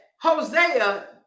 Hosea